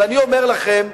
אבל אני אומר לכם,